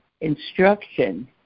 instruction